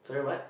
sorry what